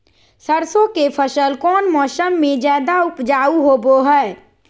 सरसों के फसल कौन मौसम में ज्यादा उपजाऊ होबो हय?